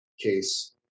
case